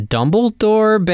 Dumbledore